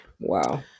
Wow